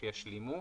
הם ישלימו.